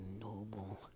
noble